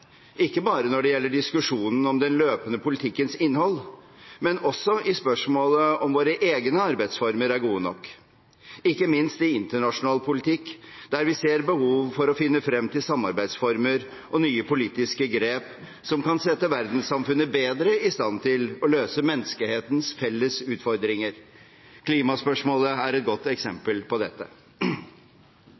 ikke bare når det gjelder diskusjonen om den løpende politikkens innhold, men også i spørsmålet om våre egne arbeidsformer er gode nok, ikke minst i internasjonal politikk, der vi ser behov for å finne frem til samarbeidsformer og nye politiske grep som kan sette verdenssamfunnet bedre i stand til å løse menneskehetens felles utfordringer. Klimaspørsmålet er et godt eksempel på dette.